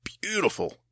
beautiful